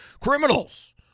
criminals